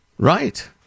Right